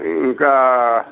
ఇంకా